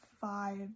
five